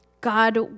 God